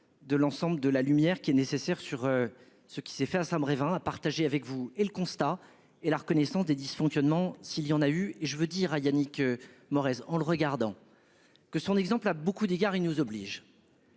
de l'ensemble de la lumière qui est nécessaire sur. Ce qui s'est fait à Brévin à partager avec vous et le constat et la reconnaissance des dysfonctionnements, s'il y en a eu et je veux dire à Yannick Morez en le regardant. Que son exemple à beaucoup d'égards, ils nous oblige.